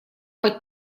под